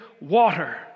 water